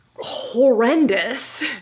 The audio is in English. horrendous